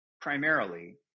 primarily